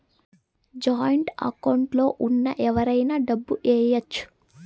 joint account లో ఉన్న ఎవరైనా డబ్బు ఏయచ్చు